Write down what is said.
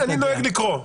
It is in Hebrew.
כמובן שאני נוהג לקרוא.